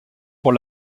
pour